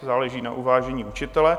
Záleží na uvážení učitele.